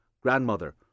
grandmother